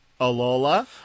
Alola